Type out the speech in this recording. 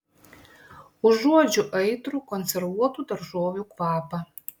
užuodžiu aitrų konservuotų daržovių kvapą